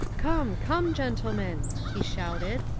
come, come, gentlemen, he shouted,